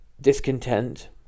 discontent